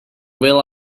will